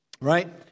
right